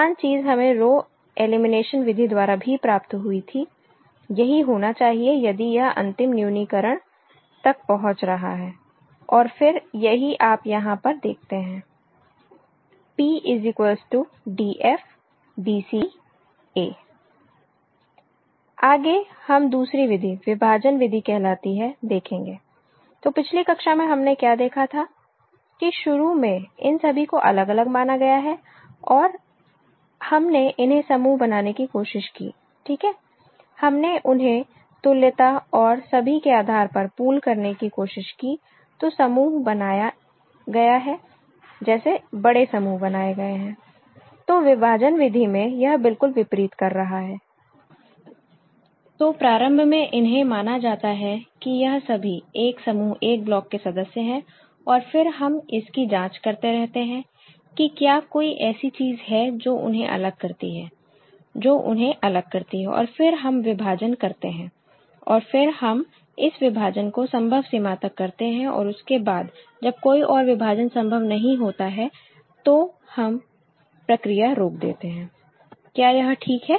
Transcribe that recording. समान चीज हमें रो एलिमिनेशन विधि द्वारा भी प्राप्त हुई थी यही होना चाहिए यदि यह अंतिम न्यूनीकरण तक पहुंच रहा है और फिर यही आप यहां पर देखते हैं P आगे हम दूसरी विधि विभाजन विधि कहलाती है देखेंगे तो पिछली कक्षा में हमने क्या देखा था कि शुरू में इन सभी को अलग अलग माना गया है और हमने इन्हें समूह बनाने की कोशिश की ठीक है हमने उन्हें तुल्यता और सभी के आधार पर पूल करने की कोशिश की तो समूह बनाया गया है जैसे बड़े समूह बनाए गए हैं तो विभाजन विधि में यह बिल्कुल विपरीत कर रहा है तो प्रारंभ में इन्हें माना जाता है कि यह सभी एक समूह एक ब्लॉक के सदस्य हैं और फिर हम इसकी जांच करते रहते हैं कि क्या कोई ऐसी चीज है जो उन्हें अलग करती है जो उन्हें अलग करती है और फिर हम विभाजन करते हैं और फिर हम इस विभाजन को संभव सीमा तक करते हैं और उसके बाद जब कोई और विभाजन संभव नहीं होता है तो हम प्रक्रिया रोक देते हैं क्या यह ठीक है